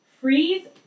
freeze